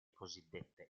cosiddette